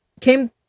came